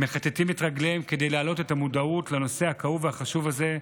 מכתתים את רגליהם כדי להעלות את המודעות לנושא הכאוב והחשוב הזה.